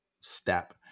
step